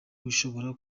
ushobora